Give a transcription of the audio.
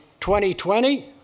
2020